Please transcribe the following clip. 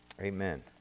Amen